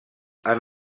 han